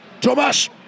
Thomas